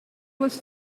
was